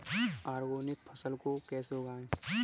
Organic फसल को कैसे उगाएँ?